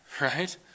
right